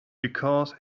because